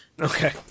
Okay